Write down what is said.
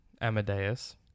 Amadeus